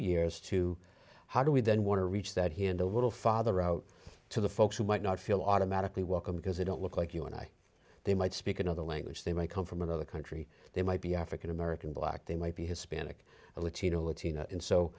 years to how do we then want to reach that here and a little father out to the folks who might not feel automatically welcome because they don't look like you and i they might speak another language they may come from another country they might be african american black they might be hispanic or latino latino and so